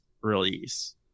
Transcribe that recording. release